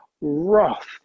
wrath